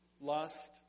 lust